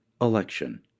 election